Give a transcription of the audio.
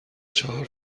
چهار